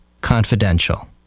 confidential